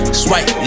swipe